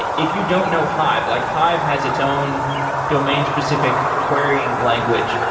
ah if you don't know hive, like hive has its own domain-specific querying language.